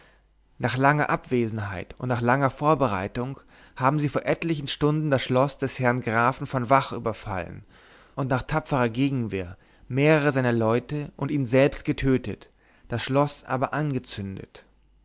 nach langer abwesenheit und nach langer vorbereitung haben sie vor etlichen stunden das schloß des herrn grafen von vach überfallen und nach tapferer gegenwehr mehrere seiner leute und ihn selbst getötet das schloß aber angezündet